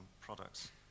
products